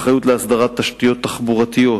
אחריות להסדרת תשתיות תחבורתיות,